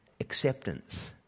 Acceptance